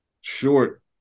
short